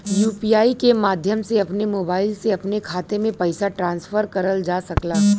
UPI के माध्यम से अपने मोबाइल से अपने खाते में पइसा ट्रांसफर करल जा सकला